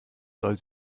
soll